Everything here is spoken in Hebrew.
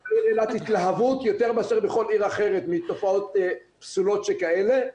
אין לאילת התלהבות יותר מאשר בכל עיר אחרת מתופעות פסולות שכאלה.